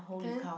then